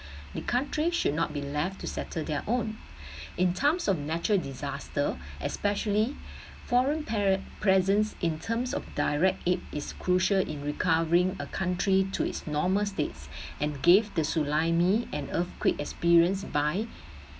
the countries should not be left to settle their own in terms of natural disaster especially foreign pre~ presence in terms of direct aid is crucial in recovering a country to its normal states and gave the tsunami and earthquake experience by